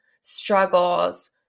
struggles